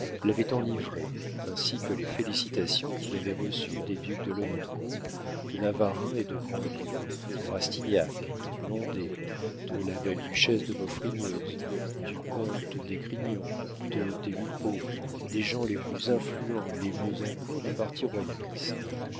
l'avaient enivré ainsi que les félicitations qu'il avait reçues des ducs de lenoncourt de navarreins et de grandlieu de rastignac de blondet de la belle duchesse de maufrigneuse du comte d'esgrignon de des lupeaulx des gens les plus influents et les mieux en cour du parti royaliste